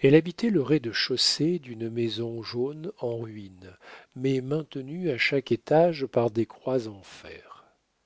elle habitait le rez-de-chaussée d'une maison jaune en ruines mais maintenue à chaque étage par des croix